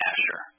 Asher